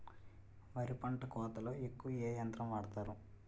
వరి పంట కోతలొ ఎక్కువ ఏ యంత్రం వాడతారు?